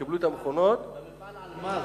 יקבלו את המכונות, מפעל "אלמז"